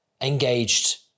engaged